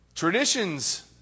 Traditions